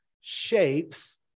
shapes